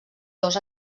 dos